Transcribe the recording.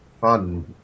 Fun